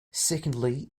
secondly